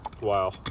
Wow